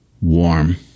warm